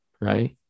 Right